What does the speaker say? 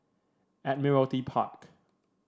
Admiralty Park